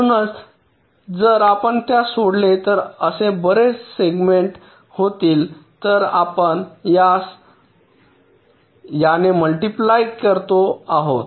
म्हणूनच जर आपण त्यास जोडले तर असे बरेच सेगमेंट होतील तर आपण यास याने मल्टिप्लाय करतो आहोत